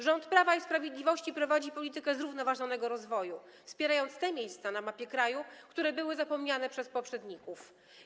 Rząd Prawa i Sprawiedliwości prowadzi politykę zrównoważonego rozwoju, wspierając te miejsca na mapie kraju, które były zapomniane przez poprzedników.